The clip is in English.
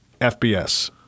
FBS